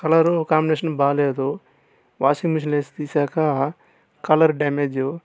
colour combination బాగాలేదు washing మెషిన్లో వేసి తీసాక కలర్ డ్యామేజు